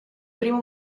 primo